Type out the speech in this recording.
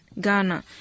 Ghana